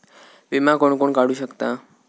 विमा कोण कोण काढू शकता?